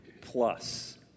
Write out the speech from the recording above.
plus